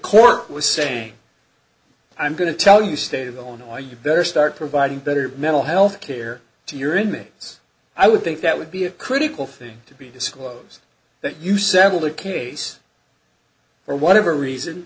court was saying i'm going to tell you state of illinois you better start providing better mental health care to your in this case i would think that would be a critical thing to be disclose that you settle the case for whatever reason